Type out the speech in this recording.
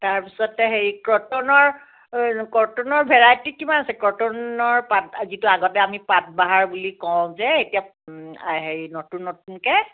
তাৰপিছতে হেৰি ক্ৰটনৰ ক্ৰটনৰ ভেৰাইটি কিমান আছে ক্ৰটনৰ পাত যিটো আগতে আমি পাতবাহাৰ বুলি কওঁ যে এতিয়া হেৰি নতুন নতুনকৈ